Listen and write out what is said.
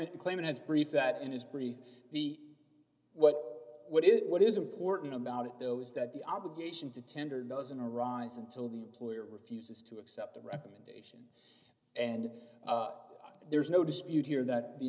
a claim in his brief that in his brief the what what is what is important about it though is that the obligation to tender doesn't arise until the employer refuses to accept the recommendation and there's no dispute here that the